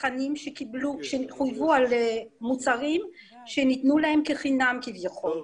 לצרכנים שחויבו על מוצרים שניתנו להם כביכול בחינם.